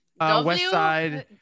Westside